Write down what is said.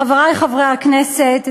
חברי חברי הכנסת,